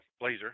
blazer